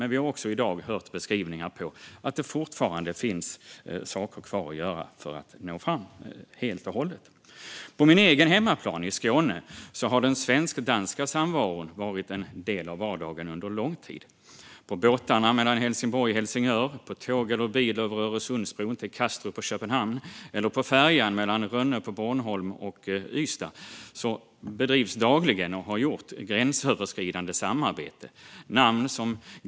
Men vi har också i dag hört beskrivningar av att det fortfarande finns saker kvar att göra för att nå fram helt och hållet. På min egen hemmaplan, i Skåne, har den svensk-danska samvaron varit en del av vardagen. På båtarna mellan Helsingborg och Helsingör, på tåg eller bil över Öresundsbron till Kastrup och Köpenhamn eller på färjan mellan Rönne på Bornholm och Ystad bedrivs dagligen gränsöverskridande samarbete.